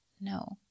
no